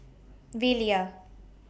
Velia